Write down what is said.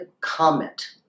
comment